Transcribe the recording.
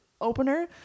opener